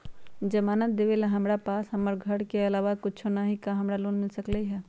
जमानत देवेला हमरा पास हमर घर के अलावा कुछो न ही का हमरा लोन मिल सकई ह?